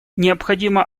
необходимо